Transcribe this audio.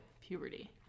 puberty